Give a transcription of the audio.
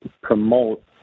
promote